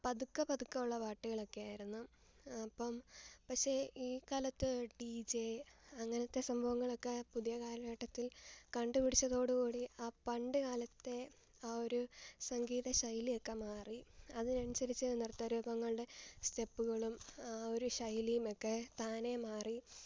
പതുക്കെ പതുക്കെ ഉള്ള പാട്ടുകളൊക്കെയായിരുന്നു ഇപ്പം പക്ഷേ ഈ കാലത്തു ഡി ജെ അങ്ങനത്തെ സംഭവങ്ങളൊക്കെ പുതിയ കാലഘട്ടത്തിൽ കണ്ടുപിടിച്ചതോടുകൂടി ആ പണ്ടുകാലത്തെ ആ ഒരു സംഗീതശൈലി ഒക്കെ മാറി അതിനനുസരിച്ചാണ് നൃത്തരൂപങ്ങളുടെ സ്റ്റെപ്പുകളും ആ ഒരു ശൈലിയും ഒക്കെ താനെമാറി